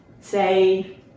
say